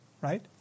right